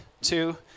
Two